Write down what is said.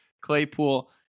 Claypool